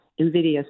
NVIDIA